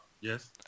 Yes